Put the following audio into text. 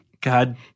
God